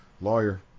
lawyer